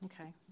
Okay